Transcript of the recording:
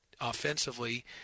offensively